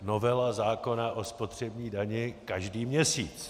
Novela zákona o spotřební dani každý měsíc.